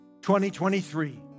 2023